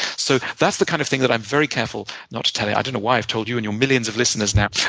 so that's the kind of thing that i'm very careful not to tell i don't know why i've told you and your millions of listeners now.